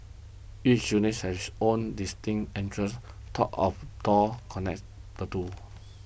each units has own distinct entrance taught of door connects the two